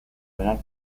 penal